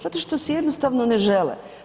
Zato što si jednostavno ne žele.